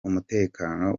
umutekano